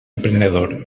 emprenedor